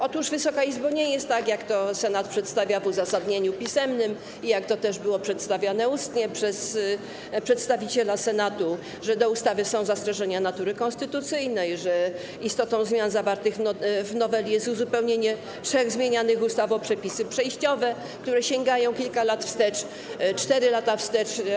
Otóż, Wysoka Izbo, nie jest tak, jak to Senat przedstawia w uzasadnieniu pisemnym i jak to też było przedstawiane ustnie przez przedstawiciela Senatu, że do ustawy są zastrzeżenia natury konstytucyjnej, że istotą zmian zawartych w noweli jest uzupełnienie trzech zmienianych ustaw o przepisy przejściowe, które sięgają kilka lat wstecz, 4 lata wstecz.